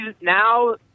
now